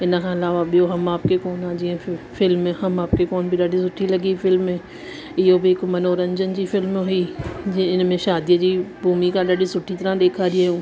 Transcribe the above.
इनखां अलावा ॿियो हम आपके कौन आहे जीअं फिल्म हम आपके कौन बि ॾाढी सुठी लॻी फिल्म इहो बि हिक मनोरंजन जी फिल्म हुई जीअं इनमें शादीअ जी भुमिका ॾाढी सुठी तरहां ॾेखारी हुयऊं